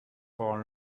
for